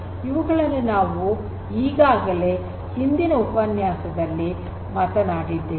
ಇವುಗಳನ್ನು ನಾವು ಈಗಾಗಲೇ ಹಿಂದಿನ ಉಪನ್ಯಾಸದಲ್ಲಿ ಮಾತನಾಡಿದ್ದೇವೆ